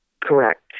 Correct